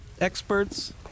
experts